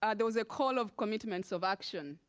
ah there was a call of commitments of action,